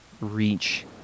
reach